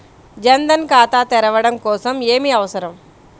జన్ ధన్ ఖాతా తెరవడం కోసం ఏమి అవసరం?